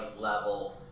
level